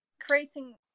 creating